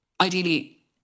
ideally